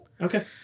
Okay